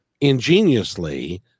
ingeniously